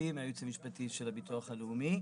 אני מהייעוץ המשפטי של הביטוח הלאומי,